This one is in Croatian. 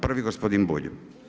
Prvi gospodin Bulj.